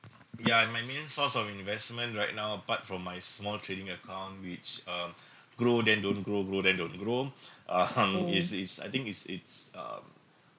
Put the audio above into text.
ya my main source of investment right now part from my small trading account which um grow then don't grow grow then don't grow (uh huh) it's it's I think it's it's um